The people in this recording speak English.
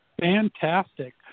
Fantastic